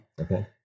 Okay